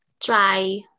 try